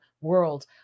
world